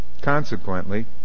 Consequently